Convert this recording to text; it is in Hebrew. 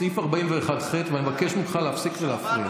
סעיף 41(ח), ואני מבקש ממך להפסיק להפריע.